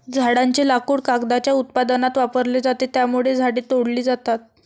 झाडांचे लाकूड कागदाच्या उत्पादनात वापरले जाते, त्यामुळे झाडे तोडली जातात